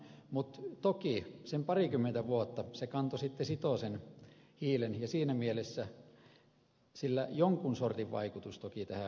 mutta toki sen parikymmentä vuotta se kanto sitten sitoo sen hiilen ja siinä mielessä sillä jonkun sortin vaikutus toki tähän hiilitaseeseen on